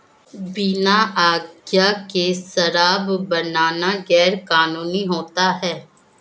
बिना आज्ञा के शराब बनाना गैर कानूनी होता है